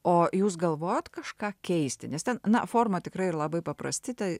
o jūs galvojote kažką keisti nes ten na forma tikrai labai paprasti tai